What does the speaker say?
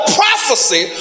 prophecy